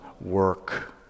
work